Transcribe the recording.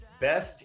Best